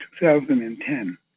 2010